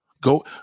Go